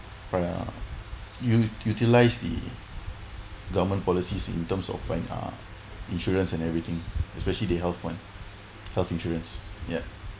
correct or not ul~ utilise the government policies in terms of uh insurance and everything especially the health one health insurance ya